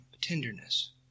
tenderness